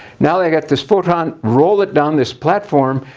now they get this photon, roll it down this platform,